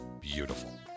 beautiful